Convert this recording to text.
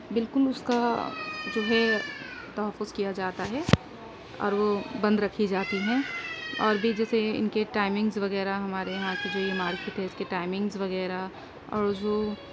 بالکل اس کا جو ہے تحفظ کیا جاتا ہے اور وہ بند رکھی جاتی ہیں اور بھی جیسے ان کے ٹائمنگس وغیرہ ہمارے یہاں کی جو یہ مارکیٹ ہے اس کی ٹائمنگس وغیرہ اور جو